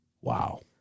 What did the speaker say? Wow